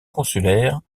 consulaire